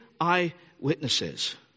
eyewitnesses